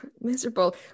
miserable